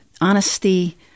honesty